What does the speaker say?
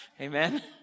Amen